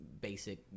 basic